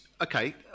okay